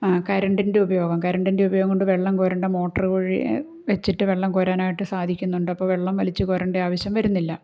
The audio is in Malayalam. കറണ്ടിൻ്റെ ഉപയോഗം കറണ്ടിൻ്റെ ഉപയോഗം കൊണ്ട് വെള്ളം കോരണ്ട മോട്ടറു വഴി വച്ചിട്ട് വെള്ളം കോരാനായിട്ട് സാധിക്കുന്നുണ്ട് അപ്പോൾ വെള്ളം വലിച്ചു കോരേണ്ട ആവിശ്യം വരുന്നില്ല